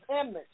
image